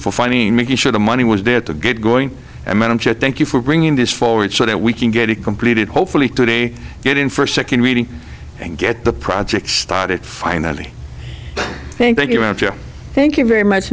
for finding in making sure the money was there to get going and i'm sure thank you for bringing this forward so that we can get it completed hopefully today get in for a second reading and get the project started finally thank you thank you very much